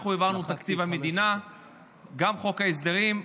אנחנו העברנו את תקציב המדינה וגם את חוק ההסדרים,